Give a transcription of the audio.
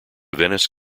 venice